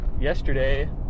Yesterday